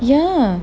ya